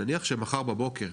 נניח שמחר בבוקר,